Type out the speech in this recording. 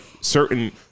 certain